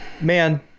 Man